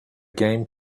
game